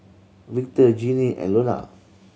Victor Jeannie and Lonna